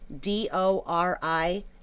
D-O-R-I